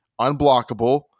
unblockable